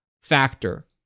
factor